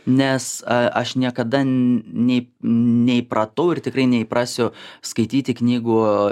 nes a aš niekada nei neįpratau ir tikrai neįprasiu skaityti knygų